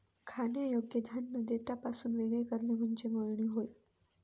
खाण्यायोग्य धान्य देठापासून वेगळे करणे म्हणजे मळणी होय